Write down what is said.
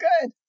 good